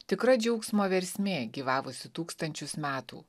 tikra džiaugsmo versmė gyvavusi tūkstančius metų